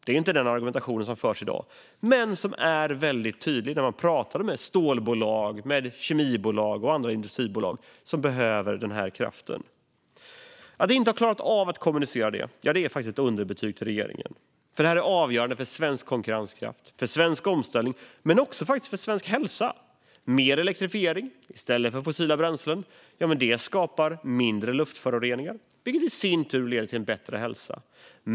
Det är inte den argumentation som förs i dag, men den är väldigt tydlig när man pratar med stålbolag, kemibolag och andra industribolag som behöver den här kraften. Att man inte har klarat av att kommunicera det här ger faktiskt underbetyg till regeringen, för det här är avgörande för svensk konkurrenskraft och svensk omställning men faktiskt också för svensk hälsa. Mer elektrifiering i stället för fossila bränslen skapar mindre luftföroreningar, vilket i sin tur leder till bättre hälsa.